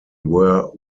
were